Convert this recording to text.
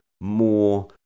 more